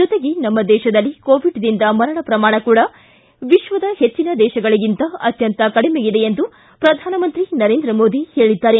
ಜೊತೆಗೆ ನಮ್ಮ ದೇಶದಲ್ಲಿ ಕೋವಿಡ್ದಿಂದ ಮರಣ ಪ್ರಮಾಣ ಕೂಡ ವಿಶ್ವದ ಹೆಚ್ಚನ ದೇಶಗಳಿಗಿಂತ ಅತ್ಯಂತ ಕಡಿಮೆಯಿದೆ ಎಂದು ಪ್ರಧಾನಮಂತ್ರಿ ನರೇಂದ್ರ ಮೋದಿ ಹೇಳಿದ್ದಾರೆ